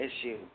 issue